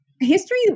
history